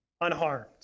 unharmed